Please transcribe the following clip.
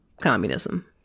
communism